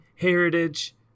heritage